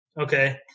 Okay